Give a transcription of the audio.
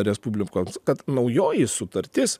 respublikoms kad naujoji sutartis